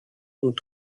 und